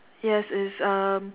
yes it's um